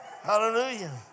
Hallelujah